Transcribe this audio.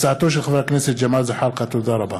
תודה רבה.